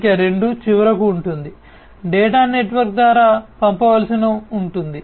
సంఖ్య 2 చివరకు ఉంటుంది డేటా నెట్వర్క్ ద్వారా పంపవలసి ఉంటుంది